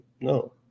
no